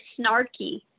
snarky